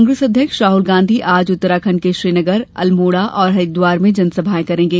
कांप्रेस अध्यक्ष राहुल गांधी आज उत्तराखंड के श्रीनगर अल्मोड़ा और हरिद्वार में जनसभाएं करेंगे